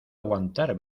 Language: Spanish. aguantar